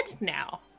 now